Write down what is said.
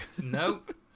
Nope